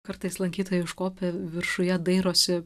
kartais lankytojai užkopę viršuje dairosi